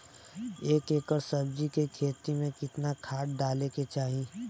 एक एकड़ सब्जी के खेती में कितना खाद डाले के चाही?